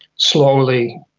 slowly,